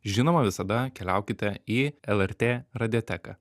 žinoma visada keliaukite į lrt radioteką